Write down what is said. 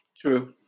True